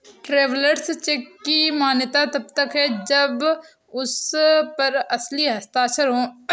travellers cheque की मान्यता तब है जब उस पर असली हस्ताक्षर हो